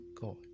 God